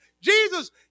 Jesus